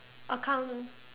accounts